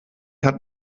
hat